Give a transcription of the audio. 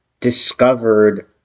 discovered